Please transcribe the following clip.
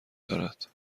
دارد